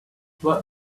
what